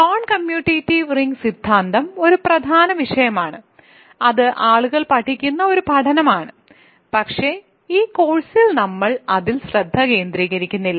non commutative ring സിദ്ധാന്തം ഒരു പ്രധാന വിഷയമാണ് അത് ആളുകൾ പഠിക്കുന്ന ഒരു പഠനമാണ് പക്ഷേ ഈ കോഴ്സിൽ നമ്മൾ അതിൽ ശ്രദ്ധ കേന്ദ്രീകരിക്കുന്നില്ല